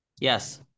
yes